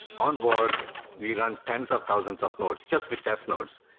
on borg we run tens of thousands of nodes, just vitess nodes,